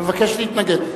מבקש להתנגד.